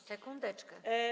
Sekundeczkę.